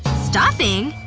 stuffing?